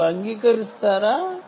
మీరు అంగీకరిస్తారా